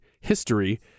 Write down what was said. history